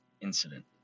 incident